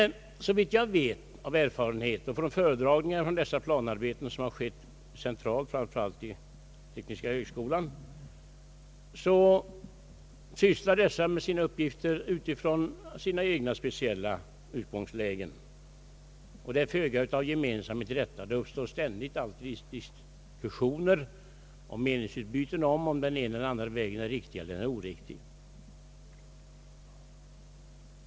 Men såvitt jag vet av erfarenhet och från de föredragningar från dessa planarbeten som centralt förekommit framför allt vid tekniska högskolan, som sysslar med dessa uppgifter från sina speciella utgångslägen, är det föga gemenskap i detta arbete. Det uppstår ständigt diskussioner och meningsutbyten huruvida den ena eller den andra vägen är riktig.